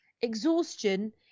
Exhaustion